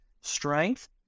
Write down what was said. Strength